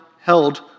held